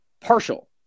partial